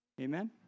Amen